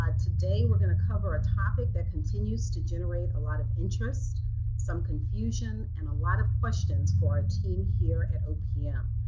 ah today we're going to cover a topic that continues to generate a lot of interest some confusion and a lot of questions for our team here at opm.